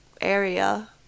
area